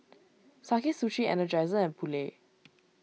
Sakae Sushi Energizer and Poulet